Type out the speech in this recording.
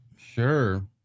Sure